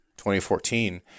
2014